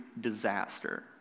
disaster